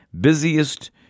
busiest